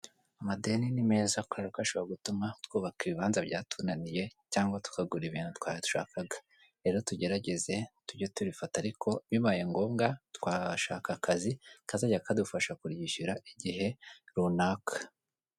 Amadeni ni meza kubera ko ashobora gutuma twubaka ibibanza byatunaniye, cyangwa tukagura ibintu twashakaga. Rero tugerageze tujye turifata, ariko bibaye ngombwa twashaka akazi kazajya kadufasha kuryishyura igihe runaka.